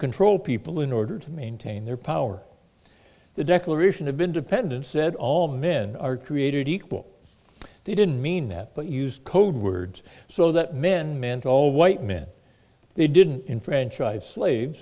control people in order to maintain their power the declaration of independence said all men are created equal they didn't mean that but used code words so that men meant all white men they didn't enfranchise slaves